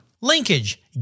Linkage